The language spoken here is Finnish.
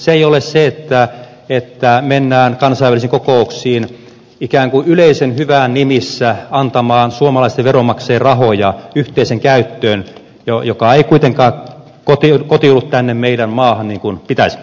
se ei ole se että mennään kansainvälisiin kokouksiin ikään kuin yleisen hyvän nimissä antamaan suomalaisten veronmaksajien rahoja yhteiseen käyttöön joka ei kuitenkaan kotiudu tänne meidän maahamme niin kuin pitäisi